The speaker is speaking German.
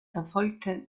erfolgte